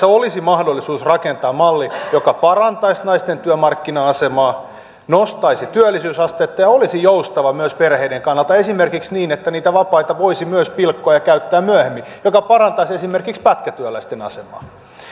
tässä olisi mahdollisuus rakentaa malli joka parantaisi naisten työmarkkina asemaa nostaisi työllisyysastetta ja olisi joustava myös perheiden kannalta esimerkiksi niin että niitä vapaita voisi myös pilkkoa ja käyttää myöhemmin mikä parantaisi esimerkiksi pätkätyöläisten asemaa